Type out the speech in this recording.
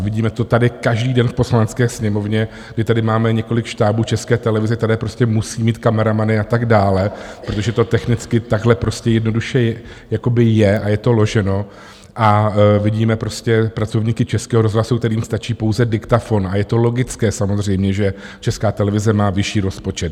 Vidíme to tady každý den v Poslanecké sněmovně, kdy tady máme několik štábů České televize, které prostě musí mít kameramany a tak dále, protože to technicky takhle prostě jednoduše jakoby je a je to loženo, a vidíme prostě pracovníky Českého rozhlasu, kterým stačí pouze diktafon, a je to logické samozřejmě, že Česká televize má vyšší rozpočet.